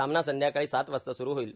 सामना संध्याकाळी सात वाजता सुरू होईल